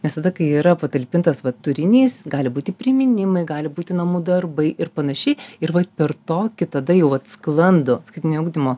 nes tada kai yra patalpintas vat turinys gali būti priminimai gali būti namų darbai ir panašiai ir vat per tokį tada jau vat sklandų skaitmeninio ugdymo